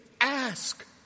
ask